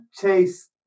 chase